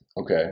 Okay